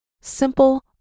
Simple